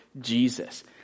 Jesus